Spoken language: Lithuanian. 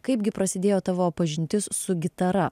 kaipgi prasidėjo tavo pažintis su gitara